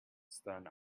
stern